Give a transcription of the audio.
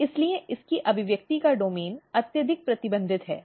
इसलिए इसकी अभिव्यक्ति का डोमेन अत्यधिक प्रतिबंधित है